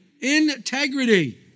Integrity